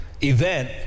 event